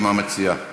מה מציעה גברתי?